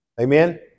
Amen